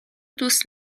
دوست